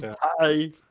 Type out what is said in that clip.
Hi